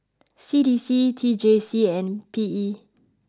C D C T J C and P E